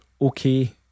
okay